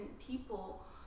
people